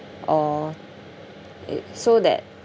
or it so that